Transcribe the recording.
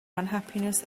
unhappiness